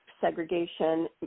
segregation